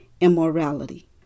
immorality